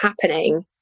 happening